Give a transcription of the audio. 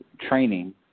training